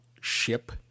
ship